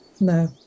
No